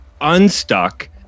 unstuck